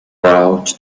brought